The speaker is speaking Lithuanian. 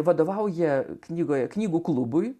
vadovauja knygoje knygų klubui